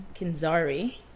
Kinzari